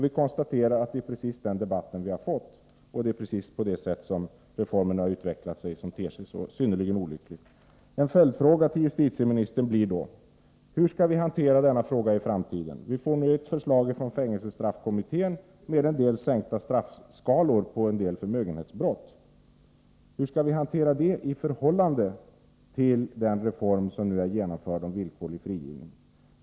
Vi konstaterar att det är precis den debatten vi har fått och att det är det sätt som reformen utvecklat sig på som ter sig så synnerligen olyckligt. En följdfråga till justitieministern blir då: Hur skall vi hantera denna fråga i framtiden? Vi får nu ett förslag från fängelsestraffkommittén med något sänkta straffskalor för en del förmögenhetsbrott. Hur skall vi hantera härav berörda, i förhållande till den reform som nu är genomförd om villkorlig frigivning?